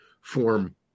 form